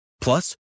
Plus